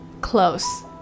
close